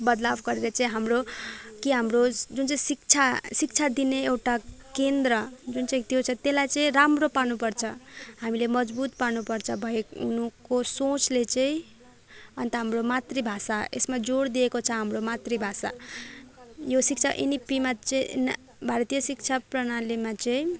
बदलाब गरेर चाहिँ हाम्रो मकि हाम्रो जुन चाहिँ शिक्षा शिक्षा दिने एउटा केन्द्र जुन चाहिँ त्यो छ त्यसलाई चाहिँ राम्रो पार्नु पर्छ हामीले मजबुत पार्नुपर्छ भएको हुनुको सोचले चाहिँ अन्त हाम्रो मातृभाषा यसमा जोड दिएको छ हाम्रो मातृभाषा यो शिक्षानीति चाहिँ भारतीय शिक्षा प्रणालीमा चाहिँ